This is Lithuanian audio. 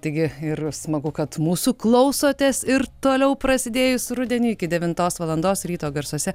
taigi ir smagu kad mūsų klausotės ir toliau prasidėjus rudeniui iki devintos valandos ryto garsuose